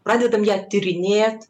pradedam ją tyrinėt